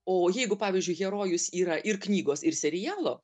o jeigu pavyzdžiui herojus yra ir knygos ir serialo